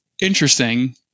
interesting